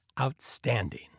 Outstanding